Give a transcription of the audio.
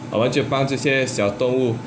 我们就帮这些小动物